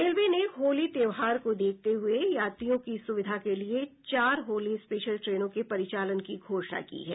railway ने होली त्योहार को देखते हुए यात्रियों की सुविधा के लिए चार होली स्पेशल ट्रेनों के परिचालन की घोषणा की है